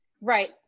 right